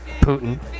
Putin